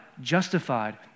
justified